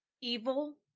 evil